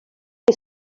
que